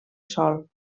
sol